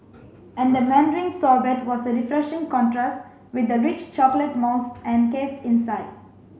and the mandarin sorbet was a refreshing contrast with the rich chocolate mousse encased inside